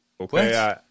Okay